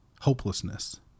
hopelessness